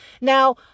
Now